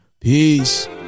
Peace